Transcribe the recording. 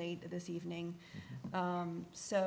later this evening so